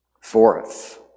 Fourth